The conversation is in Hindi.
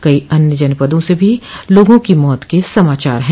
कई अन्य जनपदों से भी लोगों की मौत के समाचार है